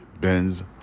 Benz